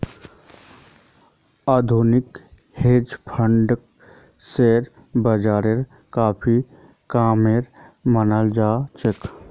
आधुनिक हेज फंडक शेयर बाजारेर काफी कामेर मनाल जा छे